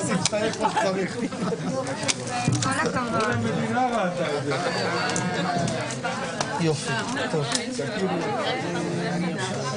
הישיבה ננעלה בשעה 11:25.